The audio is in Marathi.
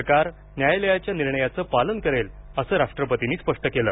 सरकार न्यायालयाच्या निर्णयाचं पालन करेल असं राष्ट्रपतींनी स्पष्ट केलं